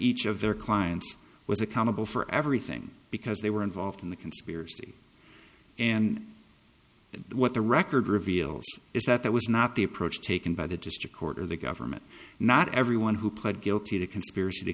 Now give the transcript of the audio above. each of their clients was accountable for everything because they were involved in the conspiracy and what the record reveals is that it was not the approach taken by the district court or the government not everyone who pled guilty to conspiracy to